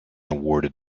awarded